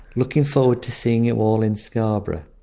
looking forward to seeing you all in scarborough.